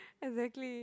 exactly